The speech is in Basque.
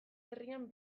herrian